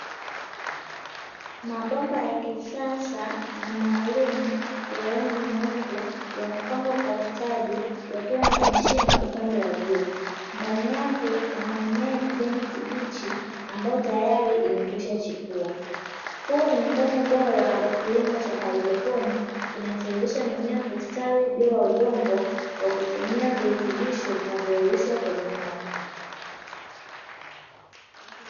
Mabomba ya kisasa na maalumu ya rangi nyeupe, yamepangwa kwa ustadi yakiwa na mashimo upande wa juu, ndani yake kuna mimea ya kijani kibichi ambayo tayari imekwisha chipua. Huu ni mfano bora wa kilimo cha haidroponiki kinachowezesha mimea kustawi bila udongo, kwa kutumia virutubisho vinavyoyeyushwa kwenye maji.